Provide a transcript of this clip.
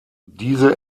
diese